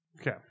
Okay